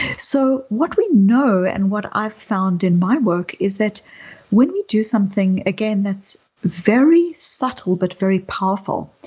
so what we know and what i've found in my work is that when we do something again, that's very subtle but very powerful,